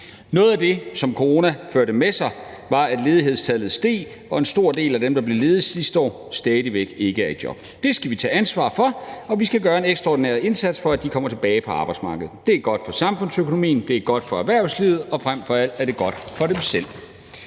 Noget af det, corona førte med sig, var, at ledighedstallet steg, og en stor del af dem, der blev ledige sidste år, er stadig væk ikke i job. Det skal vi tage ansvar for, og vi skal gøre en ekstraordinær indsats, for at de kommer tilbage på arbejdsmarkedet. Det er godt for samfundsøkonomien, det er godt for erhvervslivet, og det er frem for alt godt for dem selv.